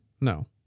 No